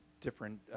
different